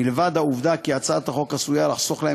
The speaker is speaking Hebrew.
מלבד העובדה שהצעת החוק עשויה לחסוך להם